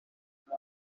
kaj